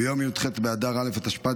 ביום י"ח באדר א' התשפ"ד,